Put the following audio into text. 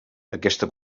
aquesta